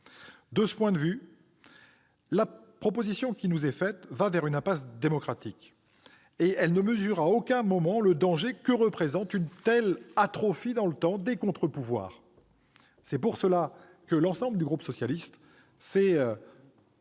De ce point de vue, la proposition qui nous est faite va vers une impasse démocratique ; elle ne mesure à aucun moment le danger que représente une telle atrophie dans le temps des contre-pouvoirs. Pour ces raisons, l'ensemble du groupe socialiste s'est